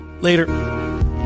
Later